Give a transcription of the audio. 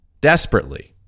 desperately